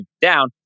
down